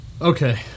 Okay